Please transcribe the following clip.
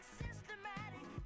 systematic